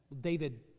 David